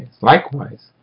Likewise